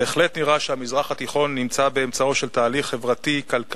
בהחלט נראה שהמזרח התיכון נמצא באמצעו של תהליך חברתי-כלכלי-פוליטי,